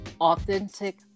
authentic